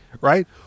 right